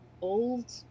old